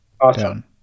Awesome